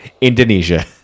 Indonesia